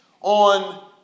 on